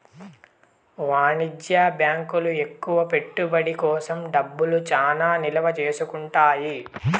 వాణిజ్య బ్యాంకులు ఎక్కువ పెట్టుబడి కోసం డబ్బులు చానా నిల్వ చేసుకుంటాయి